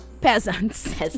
Peasants